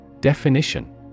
Definition